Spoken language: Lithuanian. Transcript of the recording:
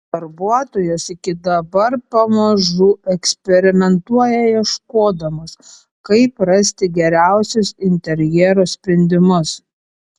darbuotojos iki dabar pamažu eksperimentuoja ieškodamos kaip rasti geriausius interjero sprendimus